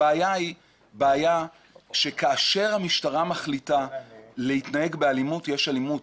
הבעיה היא בעיה שכאשר המשטרה מחליטה להתנהג באלימות יש אלימות.